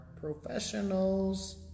professionals